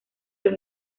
los